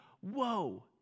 Whoa